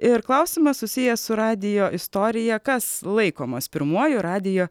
ir klausimas susijęs su radijo istorija kas laikomas pirmuoju radijo